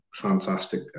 fantastic